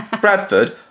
Bradford